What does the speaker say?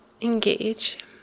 engage